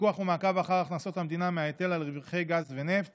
פיקוח ומעקב אחר הכנסות המדינה מההיטל על רווחי גז ונפט